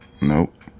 Nope